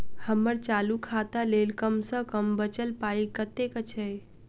हम्मर चालू खाता लेल कम सँ कम बचल पाइ कतेक छै?